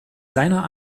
seiner